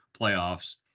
playoffs